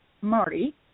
Marty